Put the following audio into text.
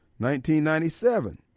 1997